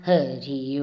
Hari